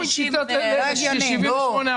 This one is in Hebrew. היא תצא עם 78 אחוזים.